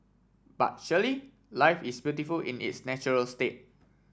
but surely life is beautiful in its natural state